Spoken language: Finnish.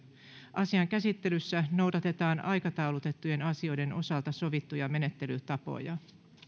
asian käsittelyssä noudatetaan aikataulutettujen asioiden osalta sovittuja menettelytapoja